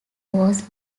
was